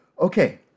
Okay